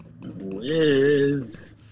Wiz